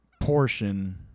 portion